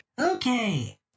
okay